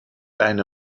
eine